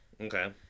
Okay